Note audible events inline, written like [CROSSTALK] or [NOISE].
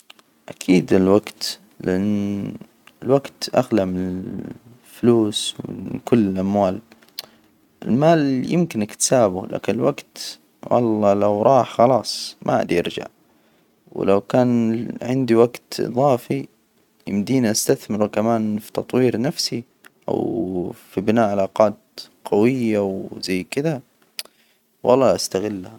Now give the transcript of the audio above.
أكيد الوجت، لأن الوجت أغلى من الفلوس، ومن كل الأموال، [HESITATION] المال يمكن إنك تسابه، لكن الوجت والله لو راح خلاص، ما عاد يرجع، ولو كان عندي وجت إضافي يمدينا أستثمره كمان في تطوير نفسي أو في بناء علاقات قوية وزي كده. [HESITATION] والله أستغلها.